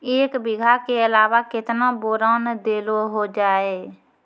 एक बीघा के अलावा केतना बोरान देलो हो जाए?